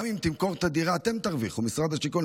גם אם תמכור את הדירה, אתם תרוויחו, משרד השיכון.